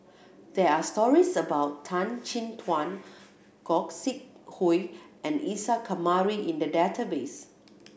there are stories about Tan Chin Tuan Gog Sing Hooi and Isa Kamari in the database